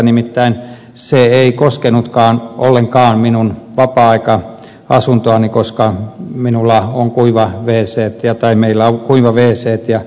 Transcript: nimittäin se ei koskenutkaan ollenkaan minun vapaa ajan asuntoani koska meillä on kuiva wct ja muut